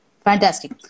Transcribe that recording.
Fantastic